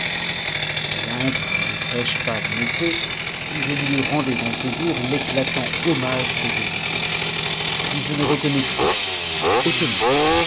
quel ingrat ne serais-je pas en effet si je ne lui rendais en ce jour l'éclatant hommage que je lui dois si je ne reconnaissais hautement